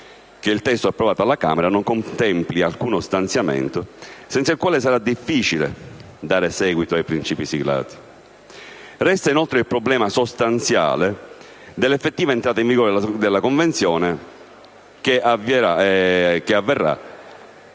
il testo approvato dalla Camera dei deputati non contempli alcuno stanziamento senza il quale sarà difficile dare seguito ai principi siglati. Resta inoltre il problema sostanziale dell'effettiva entrata in vigore della Convenzione, che avverrà